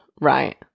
Right